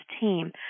Team